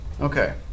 okay